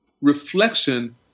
reflection